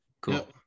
Cool